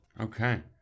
Okay